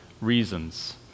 reasons